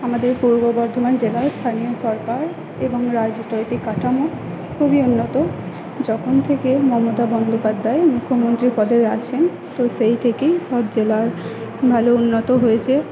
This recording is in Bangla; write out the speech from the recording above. আমাদের পূর্ব বর্ধমান জেলার স্থানীয় সরকার এবং রাজনৈতিক কাঠামো খুবই উন্নত যখন থেকে মমতা বন্দ্যোপাধ্যায় মুখ্যমন্ত্রী পদে আছেন তো সেইথেকেই সব জেলার ভালো উন্নতি হয়েছে